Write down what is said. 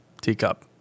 teacup